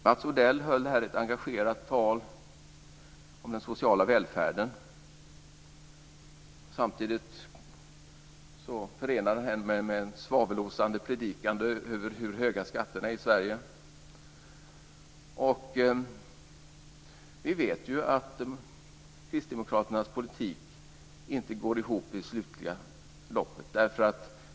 Mats Odell höll här ett engagerat tal om den sociala välfärden. Samtidigt förenade han det med en svavelosande predikan över hur höga skatterna är i Sverige. Vi vet att Kristdemokraternas politik inte går ihop i det slutliga loppet.